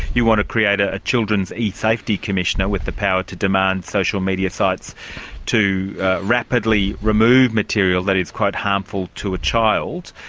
you want to create a children's e-safety commissioner with the power to demand social media sites to rapidly remove material that is quite harmful to a child.